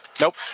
Nope